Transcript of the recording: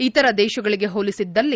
ಇತರ ದೇಶಗಳಿಗೆ ಹೋಲಿಸಿದ್ದಲ್ಲಿ